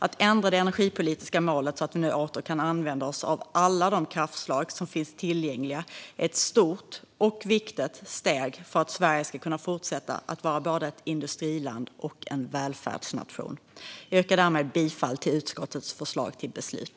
Att ändra det energipolitiska målet så att vi nu åter kan använda oss av alla de kraftslag som finns tillgängliga är ett stort och viktigt steg för att Sverige ska kunna fortsätta att vara både ett industriland och en välfärdsnation. Jag yrkar därmed bifall till utskottets förslag till beslut.